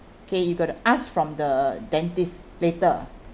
okay you got to ask from the dentist later